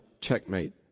checkmate